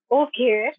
okay